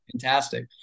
fantastic